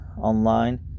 online